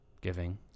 giving